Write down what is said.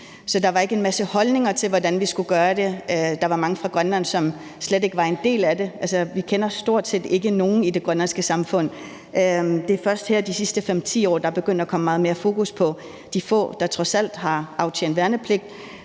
Så der var ikke en masse holdninger til, hvordan vi skulle gøre det. Der var mange fra Grønland, som slet ikke var en del af det; vi kender stort set ikke nogen i det grønlandske samfund. Det er først her i de sidste 5-10 år, at der er begyndt at komme meget mere fokus på de få, der trods alt har aftjent værnepligt.